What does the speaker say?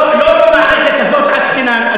לא במערכת הזאת עסקינן.